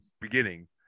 beginning